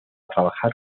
trabajar